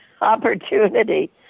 opportunity